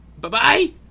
Bye-bye